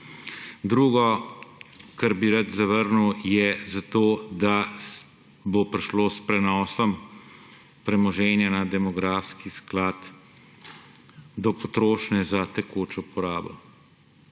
Drugo, kar bi rad zavrnil, je to, da bo prišlo s prenosom premoženja na demografski sklad do potrošnje za tekočo porabo.